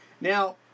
Now